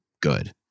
good